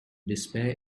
despair